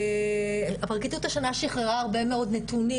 הפרקליטות השנה שחררה הרבה מאוד נתונים,